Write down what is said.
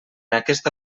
aquesta